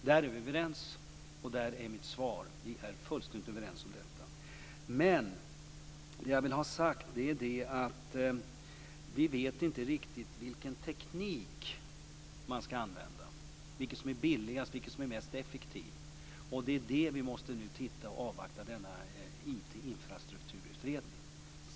Där är vi överens, och där är mitt svar: Vi är fullständigt överens om detta. Men det jag vill ha sagt är att vi inte riktigt vet vilken teknik man skall använda, vilken som är billigast och vilken som är mest effektiv. Och det är det vi nu måste titta på och avvakta denna IT infrastrukturutredning.